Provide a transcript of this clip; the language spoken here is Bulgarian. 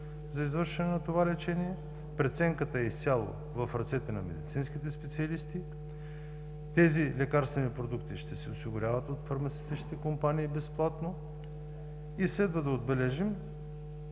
за извършване на това лечение. Преценката е изцяло в ръцете на медицинските специалисти. Тези лекарствени продукти ще се осигуряват от фармацевтичните компании безплатно. Следва да отбележим,